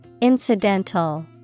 Incidental